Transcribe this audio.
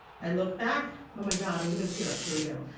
i look back. oh my god i'm gonna tear up. here we go